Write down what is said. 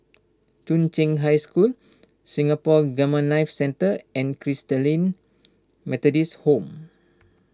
Chung Cheng High School Singapore Gamma Knife Centre and Christalite Methodist Home